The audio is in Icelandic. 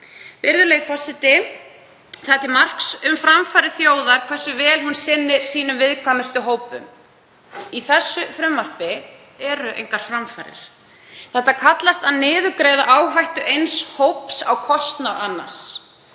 Virðulegi forseti. Það er til marks um framfarir þjóðar hversu vel hún sinnir sínum viðkvæmustu hópum. Í þessu frumvarpi eru engar framfarir. Þetta kallast að niðurgreiða áhættu eins hóps á kostnað annars,